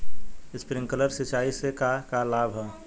Sprinkler सिंचाई से का का लाभ ह?